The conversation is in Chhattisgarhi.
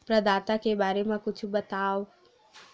प्रदाता के बारे मा कुछु बतावव?